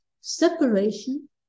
separation